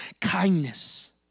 Kindness